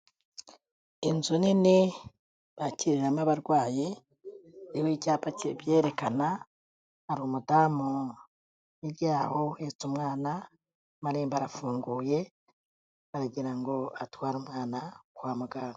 Inzu nini bakiriramo abarwayi, iriho icyapa kibyerekana, hari umudamu hirya yaho uhetse umwana, amarembo arafunguye, aragira ngo atware umwana kwa muganga.